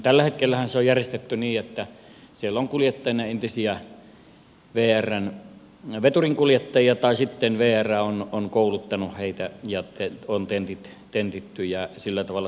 tällä hetkellähän se on järjestetty niin että siellä on kuljettajina entisiä vrn veturinkuljettajia tai sitten vr on kouluttanut heitä ja on tentit tentitty ja sillä tavalla saatu heitä sinne